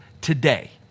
today